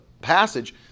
passage